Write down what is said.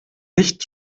nicht